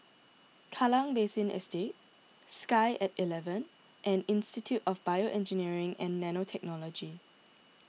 Kallang Basin Estate Sky at eleven and Institute of BioEngineering and Nanotechnology